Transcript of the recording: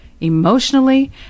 Emotionally